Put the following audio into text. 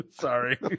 Sorry